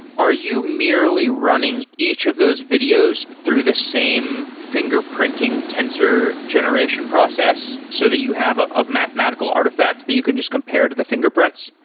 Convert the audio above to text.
are you merely running each of those videos through the same fingerprinting tinder generation process so that you have a ah mathematical artifact that you can just compare to the fingerprints?